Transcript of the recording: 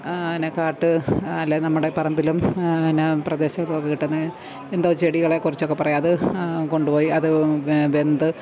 എന്നാ കാട്ട് അല്ലേ നമ്മുടെ പറമ്പിലും എന്നാ പ്രദേശത്തൊക്കെ കിട്ടുന്ന എന്തോ ചെടികളെ കുറിച്ചൊക്കെ പറയും അത് കൊണ്ടുപോയി അത് വെന്ത്